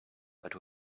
but